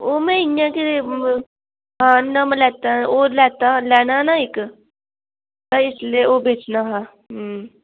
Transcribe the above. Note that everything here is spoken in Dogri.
ओह् में इ'यां गै म हां नमां लैता दा होर लैता हा लैना हा ना इक ते इस लेई ओह् बेचना हा